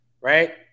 right